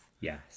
yes